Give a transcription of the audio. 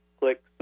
click